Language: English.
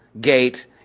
gate